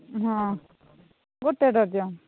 ହଁ ଗୋଟେ ଡଜନ୍